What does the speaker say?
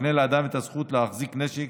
מקנה לאדם את הזכות להחזיק נשק